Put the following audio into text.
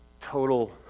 total